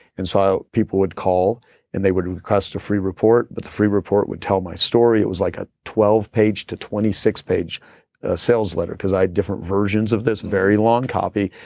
and so people would call and they would request a free report, but the free report would tell my story. it was like a twelve page to twenty six page sales letter because i had different versions of this very long copy.